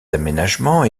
aménagements